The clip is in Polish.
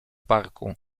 parku